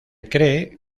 cree